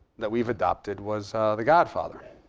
that we've adopted was the godfather.